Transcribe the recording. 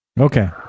Okay